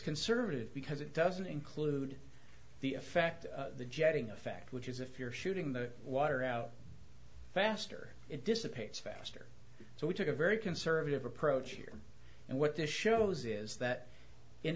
conservative because it doesn't include the effect the jetting effect which is if you're shooting the water out faster it dissipates faster so we took a very conservative approach here and what this shows is that in